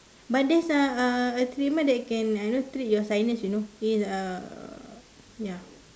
but there's a a a treatment that you can ah you know treat your sinus you know is uh ya